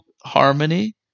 harmony